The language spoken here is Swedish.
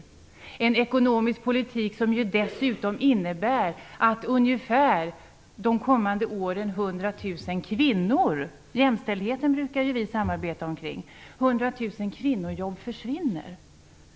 Det är dessutom en ekonomisk politik som innebär att ungefär 100 000 kvinnojobb försvinner de kommande åren.